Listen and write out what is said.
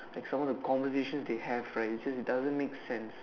like some of the conversations they have right it just doesn't make sense